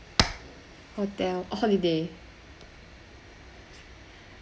hotel holiday